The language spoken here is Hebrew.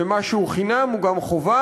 ומה שהוא חינם הוא גם חובה,